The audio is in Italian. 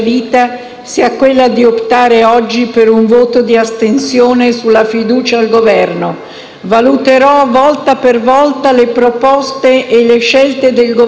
sia quella di optare oggi per un voto di astensione sulla fiducia al Governo. Valuterò volta per volta le proposte e le scelte del Governo,